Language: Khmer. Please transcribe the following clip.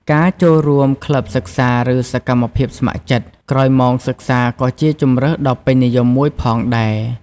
ការចូលរួម ក្លឹបសិក្សា ឬ សកម្មភាពស្ម័គ្រចិត្ត ក្រោយម៉ោងសិក្សាក៏ជាជម្រើសដ៏ពេញនិយមមួយផងដែរ។